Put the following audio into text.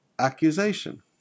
Accusation